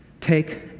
take